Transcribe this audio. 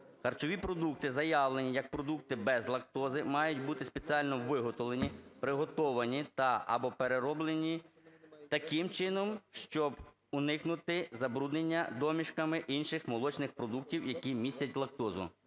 "Харчові продукти, заявлені як продукти без лактози, мають бути спеціально виготовлені, приготовані та/або перероблені таким чином, щоб уникнути забруднення домішками інших молочних продуктів, які містять лактозу".